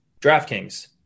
DraftKings